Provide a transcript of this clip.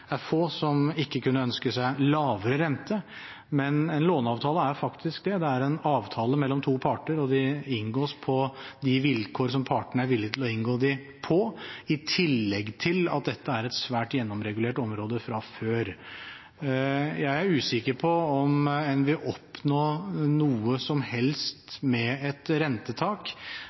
det er få som ikke kunne ønske seg lavere rente, men en låneavtale er faktisk en avtale mellom to parter, og den inngås på de vilkår som partene er villige til å inngå den på, i tillegg til at dette er et svært gjennomregulert område fra før. Jeg er usikker på om en vil oppnå noe som helst med et rentetak.